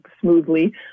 smoothly